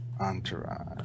Entourage